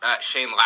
Shane